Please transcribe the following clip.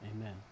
Amen